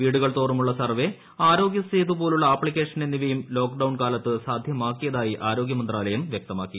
വീടുകൾതോറുമുള്ള survey Aarogya Setu പോലുള്ള application എന്നിവയും lockdown കാലത്ത് സാധ്യമാക്കിയതായി ആരോഗൃമന്ത്രാലയം വൃക്തമാക്കി